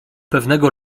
pewnego